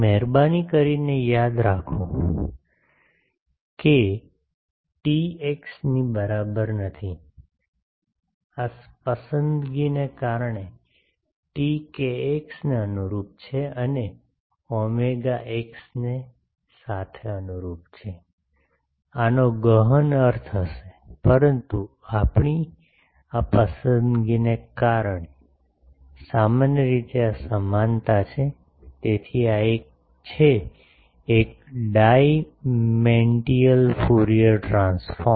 મહેરબાની કરીને યાદ રાખો કે ટી x ની બરાબર નથી આ પસંદગીને કારણે ટી kx ને અનુરૂપ છે અને ઓમેગા એક્સ સાથે અનુરૂપ છે આનો ગહન અર્થ હશે પરંતુ આપણી આ પસંદગીને કારણે સામાન્ય રીતે આ સમાનતા છે તેથી આ એક છે એક ડાઈમેંન્ટિઅલ ફુરીઅર ટ્રાન્સફોર્મ